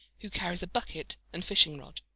who carries a bucket and fishing-rod.